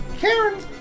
Karen